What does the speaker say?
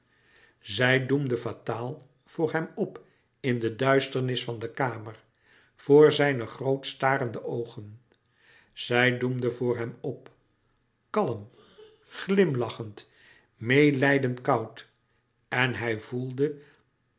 zij doemde fataal voor hem op in de duisternis van de kamer voor zijne groot starende oogen zij doemde voor hem op kalm glimlachend meêlijdend koud en hij voelde